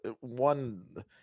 one